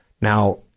Now